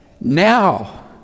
now